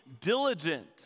diligent